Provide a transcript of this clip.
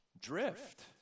drift